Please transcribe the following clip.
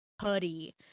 putty